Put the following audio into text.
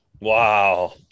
Wow